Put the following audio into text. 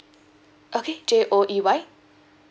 okay J O E Y